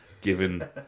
given